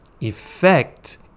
effect